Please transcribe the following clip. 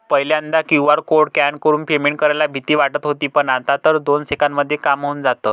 पहिल्यांदा QR code scan करून payment करायला भीती वाटत होती पण, आता तर दोन सेकंदांमध्ये काम होऊन जातं